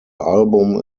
album